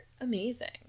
amazing